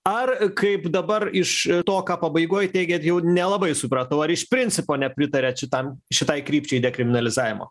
ar kaip dabar iš to ką pabaigoj teigiat jau nelabai supratau ar iš principo nepritariat šitam šitai krypčiai dekriminalizavimo